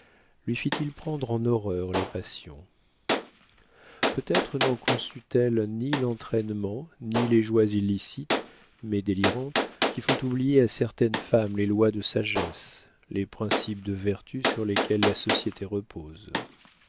lui fit-il prendre en horreur les passions peut-être n'en conçut elle ni l'entraînement ni les joies illicites mais délirantes qui font oublier à certaines femmes les lois de sagesse les principes de vertu sur lesquels la société repose